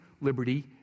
liberty